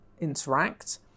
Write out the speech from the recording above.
interact